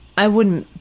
i wouldn't